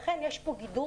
לכן, יש פה גידור